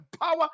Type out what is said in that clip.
power